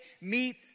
meet